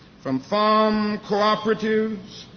from farm cooperatives,